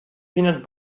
peanut